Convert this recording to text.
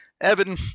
Evan